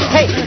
Hey